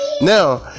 now